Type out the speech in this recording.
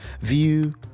view